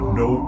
no